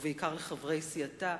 בעיקר לחברי סיעתה,